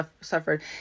suffered